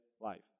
life